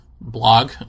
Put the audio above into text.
blog